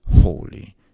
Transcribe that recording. Holy